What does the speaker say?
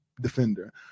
defender